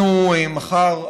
מחר,